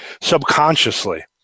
subconsciously